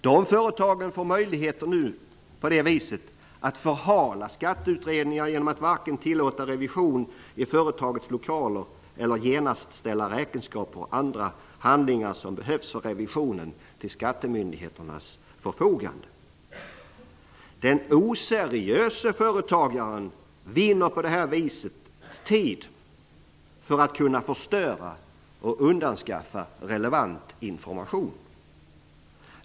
Dessa företag får nu möjligheter att förhala skatteutredningar genom att varken tillåta revision i företagets lokaler eller genast ställa räkenskaper och andra handlingar som behövs för revisionen till skattemyndigheternas förfogande. Den oseriöse företagaren vinner på detta vis tid för att kunna förstöra eller undanskaffa relevant information.